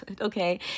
okay